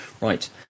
Right